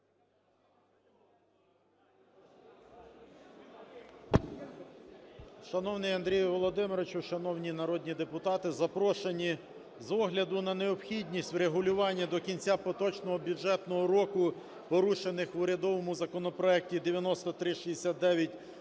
Шановний Андрій Володимирович, шановні народні депутати, запрошені! З огляду на необхідність врегулювання до кінця поточного бюджетного року порушених в урядовому законопроекті 9369